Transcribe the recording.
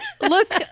Look